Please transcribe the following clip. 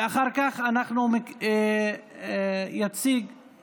ואחר כך יציג, אני